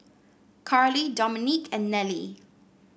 Carlie Dominique and Nelie